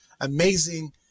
amazing